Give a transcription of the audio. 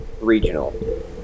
regional